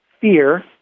fear